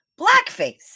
blackface